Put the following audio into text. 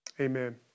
Amen